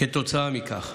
כתוצאה מכך.